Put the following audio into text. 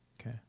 okay